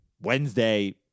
Wednesday